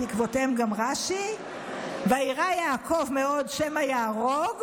ובעקבותיהם גם רש"י: ויירא יעקב מאוד שמא יהרוג,